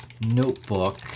notebook